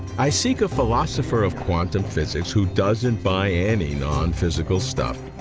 i seek a philosopher of quantum physics who doesn't buy any nonphysical stuff.